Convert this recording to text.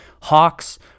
Hawks